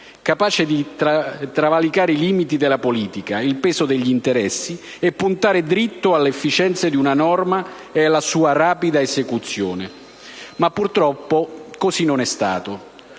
capaci di travalicare i limiti della politica, il peso degli interessi e puntare diritto all'efficienza di una norma e alla sua rapida esecuzione. Ma purtroppo così non è stato.